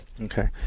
Okay